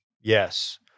Yes